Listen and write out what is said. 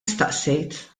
staqsejt